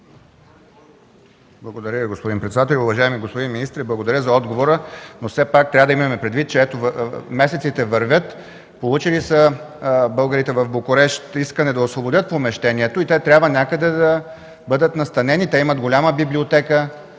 Благодаря Ви, господин председател. Уважаеми господин министър, благодаря за отговора, но все пак трябва да имаме предвид, че месеците вървят. Българите в Букурещ са получили искане да освободят помещението и те трябва някъде да бъдат настанени. Имат голяма библиотека